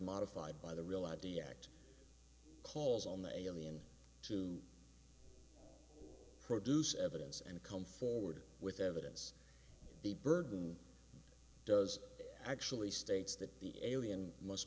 modified by the real i d act calls on the alien to produce evidence and come forward with evidence the burden does actually states that the alien must